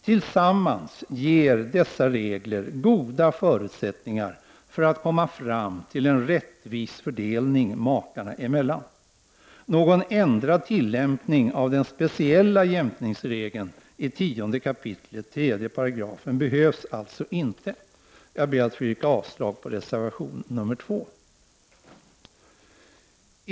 Tillsammans ger dessa regler goda förutsättningar för att komma fram till en rättvis fördelning makarna emellan. Någon ändrad tillämpning av den speciella jämkningsregeln i 10 kap. 3 § behövs alltså inte. Jag ber att få yrka avslag på reservation 2.